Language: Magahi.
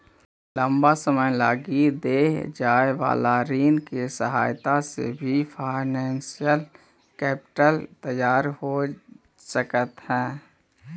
लंबा समय लगी देल जाए वाला ऋण के सहायता से भी फाइनेंशियल कैपिटल तैयार हो सकऽ हई